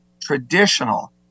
traditional